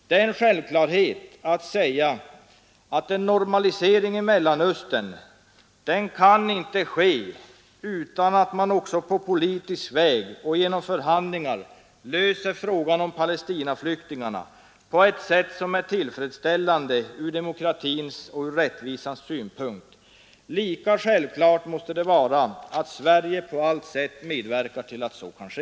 Det är en självklarhet att säga att en normalisering i Mellanöstern inte kan ske utan att man också på politisk väg och genom förhandlingar löser frågan om Palestinaflyktingarna på ett sätt som är tillfredsställande från demokratins och rättvisans synpunkt. Lika självklart måste det vara att Sverige på allt sätt medverkar till att så kan ske.